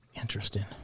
Interesting